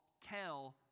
tell